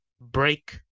break